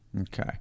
Okay